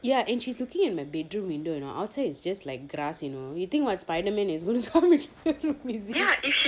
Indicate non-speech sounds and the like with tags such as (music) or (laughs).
ya and she's looking at my bedroom window you know outside is just like grass you know you think what spiderman is going to come into my room is it (laughs)